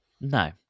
No